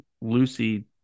Lucy